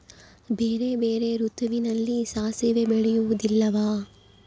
ಬೇರೆ ಬೇರೆ ಋತುವಿನಲ್ಲಿ ಸಾಸಿವೆ ಬೆಳೆಯುವುದಿಲ್ಲವಾ?